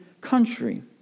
country